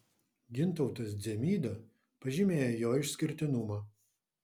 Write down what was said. gintautas dzemyda pažymėjo jo išskirtinumą